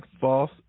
false